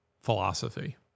philosophy